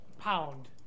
Pound